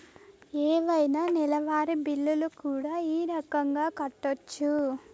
ఏవైనా నెలవారి బిల్లులు కూడా ఈ రకంగా కట్టొచ్చు